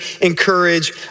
encourage